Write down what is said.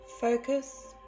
Focus